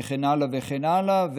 וכן הלאה וכן הלאה,